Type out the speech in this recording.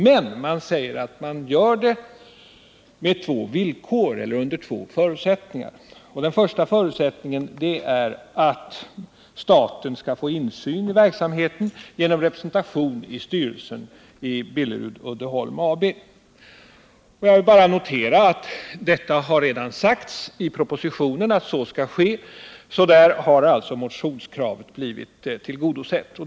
Men man säger att man gör det under två förutsättningar. Den första förutsättningen är att staten skall få insyn i verksamheten genom representation i styrelsen för Billerud-Uddeholm AB. Jag vill bara påpeka att det redan i propositionen har sagts att så skall ske. Motionskravet har alltså blivit tillgodosett.